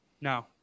No